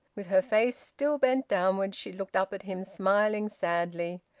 with her face still bent downwards, she looked up at him, smiling sadly,